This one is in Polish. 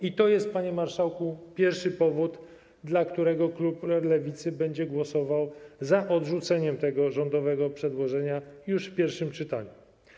I to jest, panie marszałku, pierwszy powód, dla którego klub Lewicy będzie głosował za odrzuceniem tego rządowego przedłożenia już w pierwszym czytaniu.